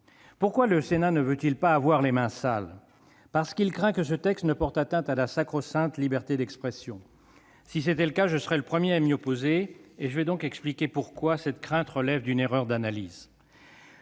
Pourquoi le Sénat ne veut-il pas avoir les mains sales ? Parce qu'il craint que ce texte ne porte atteinte à la sacro-sainte liberté d'expression. Si tel était le cas, je serais le premier à m'y opposer ; je vais donc expliquer pourquoi cette crainte relève d'une erreur d'analyse.